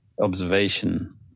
observation